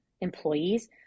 employees